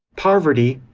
poverty,